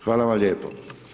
Hvala vam lijepo.